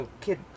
kid